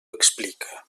explica